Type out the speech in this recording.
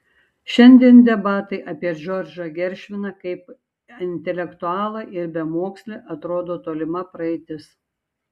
šiandien debatai apie džordžą geršviną kaip intelektualą ir bemokslį atrodo tolima praeitis